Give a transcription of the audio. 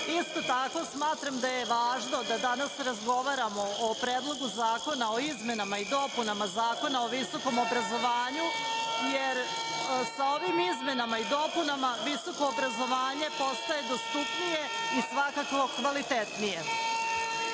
Isto tako, smatram da je važno da danas razgovaramo o Predlogu zakona o izmenama i dopunama Zakona o visokom obrazovanju, jer sa ovim izmenama i dopunama visoko obrazovanje postaje dostupnije i svakako kvalitetnije.